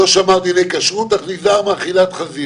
לא שמר דיני כשרות אך נזהר מאכילת חזיר